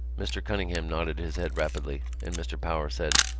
mr. cunningham nodded his head rapidly and mr. power said